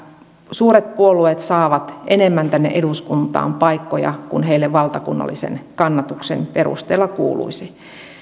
suuret puolueet saavat enemmän tänne eduskuntaan paikkoja kuin niille valtakunnallisen kannatuksen perusteella kuuluisi